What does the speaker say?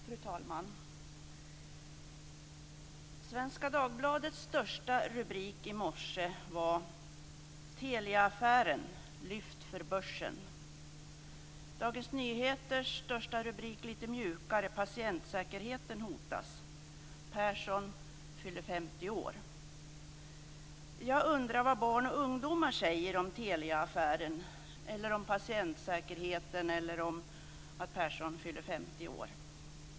Fru talman! Svenska Dagbladets största rubrik i dag var: "Teliaaffären lyft för börsen". Dagens Nyheter hade en lite mjukare rubrik: "Patientsäkerheten hotas" och en annan om att Persson fyller 50 år. Jag undrar vad barn och ungdomar säger om Teliaaffären, om patientsäkerheten eller om att Persson fyller 50 år.